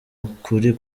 ukuri